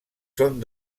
són